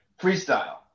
Freestyle